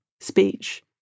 speech